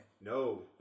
No